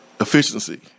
Efficiency